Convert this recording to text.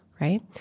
right